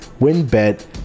Winbet